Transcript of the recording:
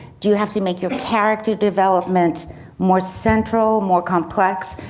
do you have to make your character development more central, more complex?